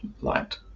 light